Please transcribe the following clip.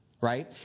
right